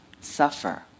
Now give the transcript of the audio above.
suffer